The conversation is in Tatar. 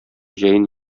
җәен